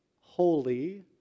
Holy